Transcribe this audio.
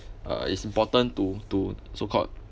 uh it's important to to so called